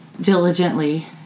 diligently